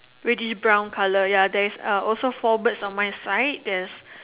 reddish brown colour ya there's uh also four birds on my side there's